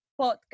podcast